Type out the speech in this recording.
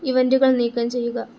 ഇവൻ്റുകൾ നീക്കം ചെയ്യുക